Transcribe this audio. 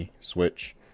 Switch